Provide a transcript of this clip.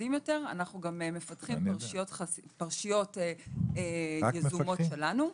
וייחודיים יותר, אנחנו מפתחים פרשיות יזומות שלנו.